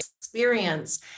experience